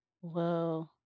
Whoa